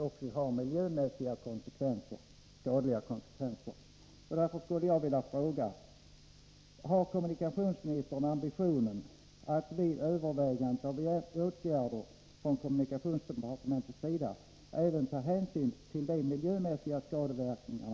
Det är något av en larmrapport om hur eftersatt vägunderhållet är.